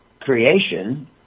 creation